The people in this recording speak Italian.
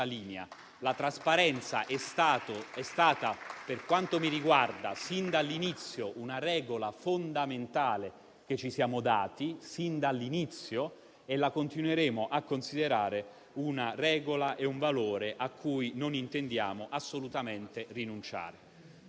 Stamattina è stato firmato il protocollo di sicurezza tra il Ministro dell'istruzione e le forze sociali e riteniamo che questo sia un altro passo avanti in questo percorso. Sulle scuole stiamo lavorando per ripristinare una relazione più organica